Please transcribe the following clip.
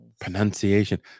Pronunciation